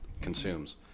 consumes